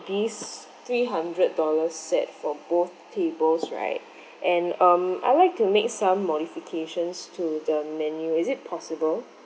this three hundred dollars set for both tables right and um I like to make some modifications to the menu is it possible